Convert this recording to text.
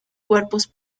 cuerpos